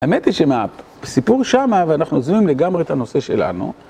האמת היא שמהסיפור שמה, ואנחנו עוזבים לגמרי את הנושא שלנו.